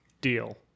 Deal